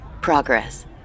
Progress